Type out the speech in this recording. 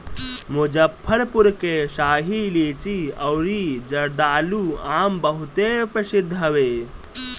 मुजफ्फरपुर के शाही लीची अउरी जर्दालू आम बहुते प्रसिद्ध हवे